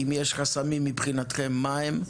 אם יש חסמים מבחינתכם מהם,